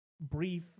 Brief